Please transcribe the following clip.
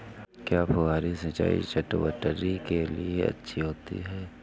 क्या फुहारी सिंचाई चटवटरी के लिए अच्छी होती है?